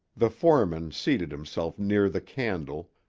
the foreman seated himself near the candle,